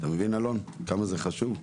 אתה מבין אלון כמה זה חשוב?